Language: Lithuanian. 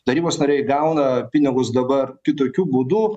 tarybos nariai gauna pinigus dabar kitokiu būdu